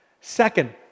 Second